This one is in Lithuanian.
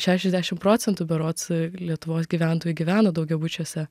šešiasdešim procentų berods lietuvos gyventojų gyvena daugiabučiuose